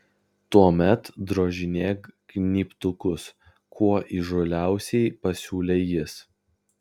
tuomet drožinėk gnybtukus kuo įžūliausiai pasiūlė jis